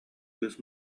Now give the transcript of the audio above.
кыыс